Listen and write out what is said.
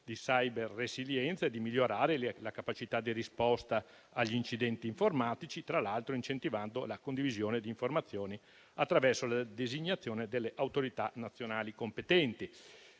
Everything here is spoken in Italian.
di cyber-resilienza e di migliorare la capacità di risposta agli incidenti informatici, tra l'altro incentivando la condivisione di informazioni attraverso la designazione delle autorità nazionali competenti.